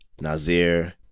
Nazir